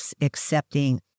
accepting